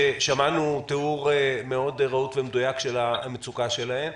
שמענו תיאור מאוד רהוט ומדויק של המצוקה שלהן,